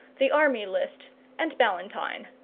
the army list and ballantyne.